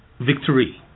victory